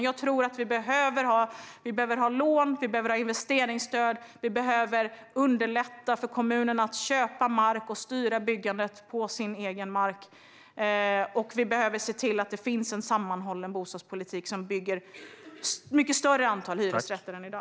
Jag tror att vi behöver ha lån och investeringsstöd. Vi behöver underlätta för kommunerna att köpa mark och styra byggandet på sin egen mark. Vi behöver se till att det finns en sammanhållen bostadspolitik, så att det byggs mycket fler hyresrätter än i dag.